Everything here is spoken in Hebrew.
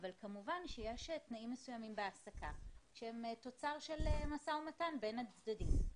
אבל כמובן שיש תנאים מסוימים בהעסקה שהם תוצר של משא ומתן בין הצדדים.